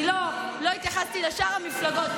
כי לא התייחסתי לשאר המפלגות,